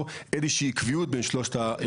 איזושהי עקביות בין שלושת הגופים האלה.